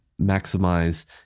maximize